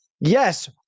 yes